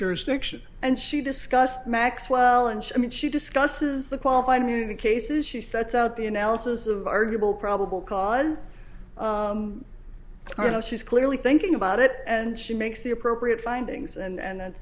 jurisdiction and she discussed maxwell and i mean she discusses the qualified immunity cases she sets out the analysis of arguable probable cause or not she's clearly thinking about it and she makes the appropriate findings and